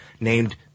named